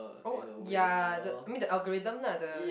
oh ya the I mean the algorithm lah the